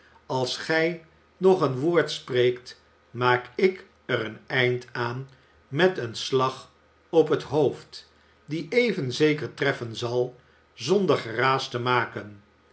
als gij nog een woord spreekt maak ik er een eind aan met een slag op het hoofd die even zeker treffen zal zonder geraas te maken